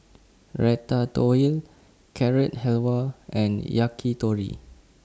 Ratatouille Carrot Halwa and Yakitori